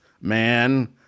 man